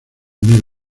miel